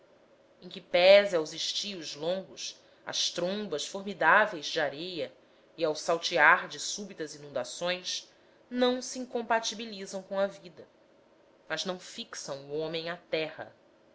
em que pese aos estios longos às trombas formidáveis de areia e ao saltear de súbitas inundações não se incompatibilizam com a vida mas não ficam o homem à terra